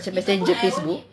macam messenger facebook